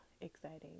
exciting